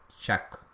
check